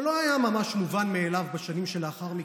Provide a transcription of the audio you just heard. שלא היה ממש מובן באליו בשנים שלאחר מכן,